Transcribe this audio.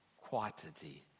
quantity